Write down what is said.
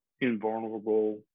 invulnerable